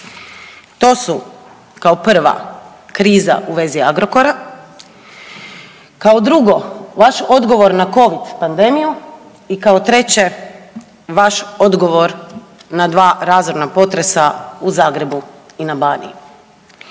To su kao prva kriza u vezi Agrokora. Kao drugo vaš odgovor na covid pandemiju i kao treće vaš odgovor na dva razorna potresa u Zagrebu i na Baniji.